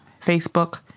Facebook